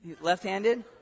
left-handed